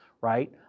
right